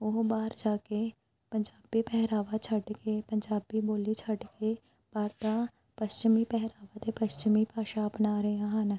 ਉਹ ਬਾਹਰ ਜਾ ਕੇ ਪੰਜਾਬੀ ਪਹਿਰਾਵਾ ਛੱਡ ਕੇ ਪੰਜਾਬੀ ਬੋਲੀ ਛੱਡ ਕੇ ਪਰ ਤਾਂ ਪੱਛਮੀ ਪਹਿਰਾਵਾ ਅਤੇ ਪੱਛਮੀ ਭਾਸ਼ਾ ਅਪਣਾ ਰਹੇ ਹਨ